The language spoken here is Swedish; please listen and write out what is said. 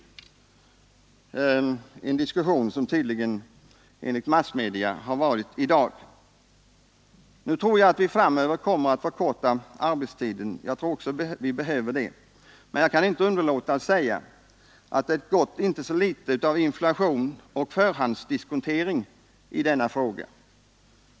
Denna diskussion har tydligen; enligt massmedia, ägt rum i dag. Nu tror jag att vi framöver kommer att förkorta arbetstiden, och jag tror även att vi behöver det. Men jag kan inte underlåta att säga att det gått inte så litet av inflation och förhandsdiskontering i denna fråga.